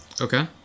Okay